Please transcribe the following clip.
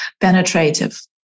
penetrative